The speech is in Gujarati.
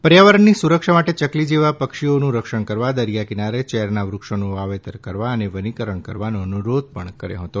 પર્યાવરણની સુરક્ષા માટે ચકલી જેવાં પક્ષીઓનું રક્ષણ કરવા દરિયાકિનારે ચેરનાં વૃક્ષોનું વાવેતર કરવા અને વનિકરણ વધારવાનો અનુરોધ પણ કર્યો હતો